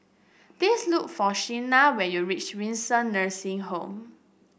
please look for Signa when you reach Windsor Nursing Home